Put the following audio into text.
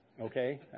Okay